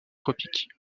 tropiques